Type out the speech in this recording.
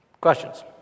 Questions